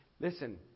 Listen